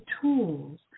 tools